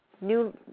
new